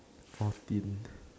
fourteen